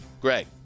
Greg